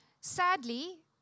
sadly